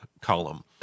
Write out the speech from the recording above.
column